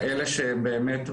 אין לזה כמובן דוגמאות אחרות כאלה.